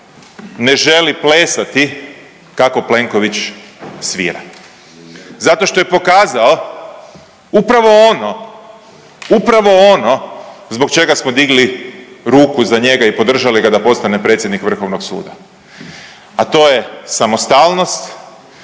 ne želi plesati kako Plenković svira. Zato što je pokazao upravo ono, upravo ono zbog čega smo digli ruku za njega i podržali ga da postane predsjednik Vrhovnog suda, a to je samostalnost